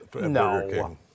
No